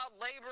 labor